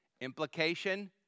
Implication